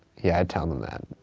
yeah, tell em that.